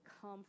come